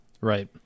Right